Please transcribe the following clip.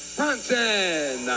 Bronson